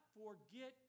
forget